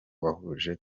wahuje